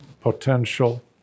potential